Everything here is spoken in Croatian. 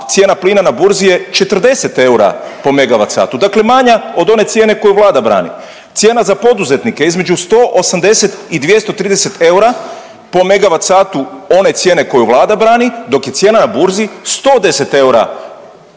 cijena plina na burzi je 40 eura po megavat satu, dakle manja od one cijene koju Vlada brani. Cijena za poduzetnike između 180 i 230 eura po megavat satu one cijene koju Vlada brani, dok je cijena na burzi 110 eura,